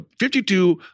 52